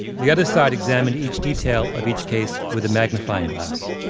the other side examined each detail of each case with a magnifying glass.